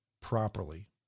properly